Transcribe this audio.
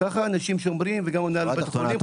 אנשים שומרים וגם מנהלי בית החולים.